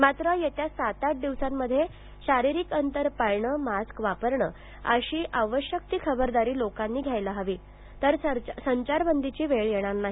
मात्र येत्या सात आठ दिवसांमध्ये शारीरिक अंतर पाळणंमास्क वापरणं अशी आवश्यक ती खबरदारी लोकांनी घेतली तर संचारबंदीची वेळ येणार नाही